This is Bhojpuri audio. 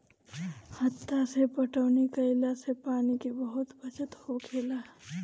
हत्था से पटौनी कईला से पानी के बहुत बचत होखेला